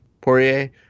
poirier